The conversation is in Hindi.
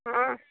हाँ